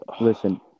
Listen